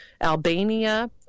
Albania